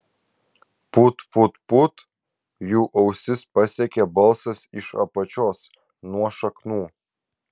put put put jų ausis pasiekė balsas iš apačios nuo šaknų